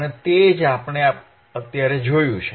અને તે જ આપણે અત્યારે જોયું છે